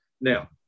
Now